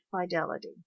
fidelity